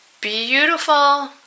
Beautiful